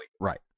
Right